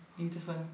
Beautiful